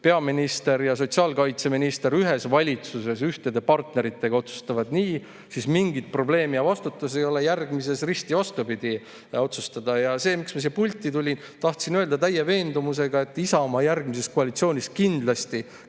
peaminister ja sotsiaalkaitseminister ühes valitsuses ühtede partneritega otsustavad nii, siis mingit probleemi ja vastutust ei ole järgmises risti vastupidi otsustada. See, miks ma siia pulti tulin: tahtsin öelda täie veendumusega, et Isamaa järgmises koalitsioonis kindlasti